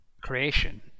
...creation